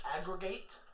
aggregate